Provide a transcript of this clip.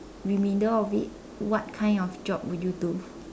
remainder of it what kind of job would you do